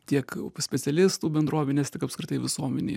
tiek specialistų bendruomenės tiek apskritai visuomenėj